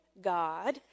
God